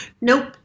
Nope